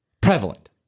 prevalent